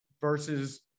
versus